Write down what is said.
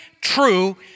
true